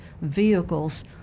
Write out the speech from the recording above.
vehicles